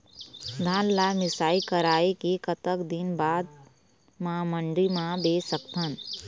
धान ला मिसाई कराए के कतक दिन बाद मा मंडी मा बेच सकथन?